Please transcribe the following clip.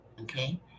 okay